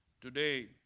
Today